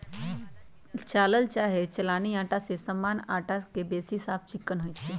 चालल चाहे चलानी अटा जे सामान्य अटा से बेशी साफ चिक्कन होइ छइ